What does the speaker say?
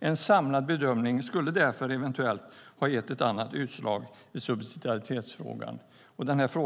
En samlad bedömning skulle därför eventuellt ha gett ett annat utslag i subsidiaritetsfrågan. Det